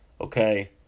okay